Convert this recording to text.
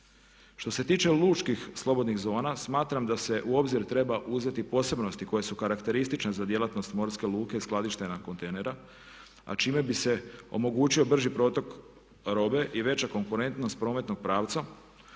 Što se tiče lučkih slobodnih zona smatram da se u obzir treba uzeti posebnosti koje su karakteristične za djelatnost morske luke skladištenja kontejnera a čime bi se omogućio brži protok robe i veća konkurentnost prometnog pravca